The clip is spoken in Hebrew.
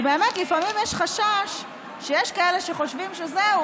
כי באמת לפעמים יש חשש שיש כאלה שחושבים שזהו,